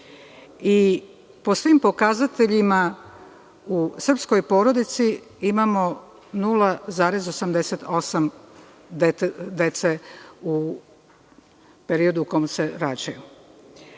i po svim pokazateljima u srpskoj porodici imamo 0,88 dece u periodu u kom se rađaju.S